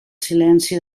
silenci